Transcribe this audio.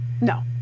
No